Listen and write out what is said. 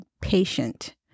patient